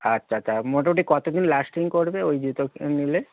আচ্ছা আচ্ছা মোটোমোটি কতোদিন লাস্টিং করবে ওই জুতো নিলে